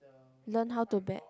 learn how to bet